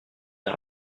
n’a